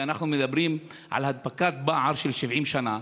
כי אנחנו מדברים על הדבקת פער של 70 שנה,